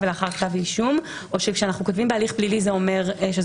גם שמענו עמדה מסתייגת של הסנגוריה הציבורית